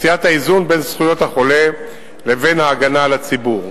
מציאת האיזון בין זכויות החולה לבין ההגנה על הציבור.